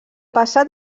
passat